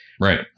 Right